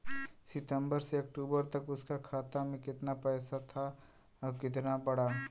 सितंबर से अक्टूबर तक उसका खाता में कीतना पेसा था और कीतना बड़ा?